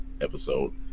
episode